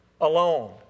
alone